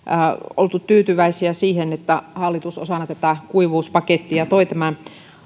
oltu tyytyväisiä siihen että hallitus osana tätä kuivuuspakettia toi tämän